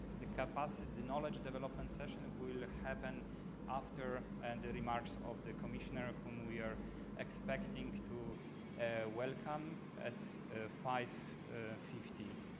the capacity the knowledge development session will happen after and the remarks of the commissioner ah whom we are expecting to welcome at five fifty.